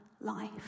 life